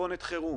ובמתכונת חירום,